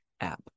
app